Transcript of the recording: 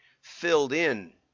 filled-in